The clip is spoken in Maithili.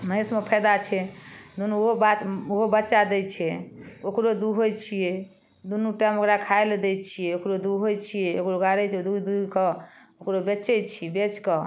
भैंसमे फायदा छै ओहो बा ओहो बच्चा दै छै ओकरो दूहै छियै दुन्नू टाइम ओकरा खाइ लए दै छियै ओकरो दूहै छियै ओकरो गारै छियै दूहि दूहि कऽ ओकरो बेचै छियै बेचकऽ